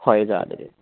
ꯍꯣꯏ ꯑꯣꯖꯥ ꯑꯗꯨꯗꯤ